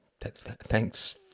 thanks